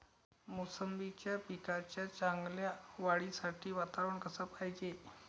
मोसंबीच्या पिकाच्या चांगल्या वाढीसाठी वातावरन कस पायजे?